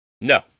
no